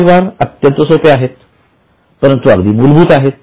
हे व्यवहार अत्यंत सोपे आहेत परंतु अगदी मूलभूत आहेत